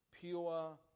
pure